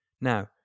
Now